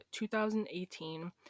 2018